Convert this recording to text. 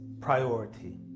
priority